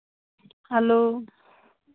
hello